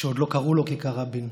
כשעוד לא קראו לה כיכר רבין,